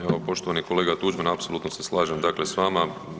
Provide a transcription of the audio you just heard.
Evo, poštovani kolega Tuđman, apsolutno se slažem dakle s vama.